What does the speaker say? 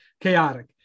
chaotic